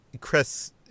chris